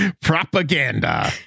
Propaganda